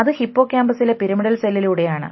അത് ഹിപ്പോക്യാംപസിലെ പിരമിഡിൽ സെല്ലിലൂടെയാണ്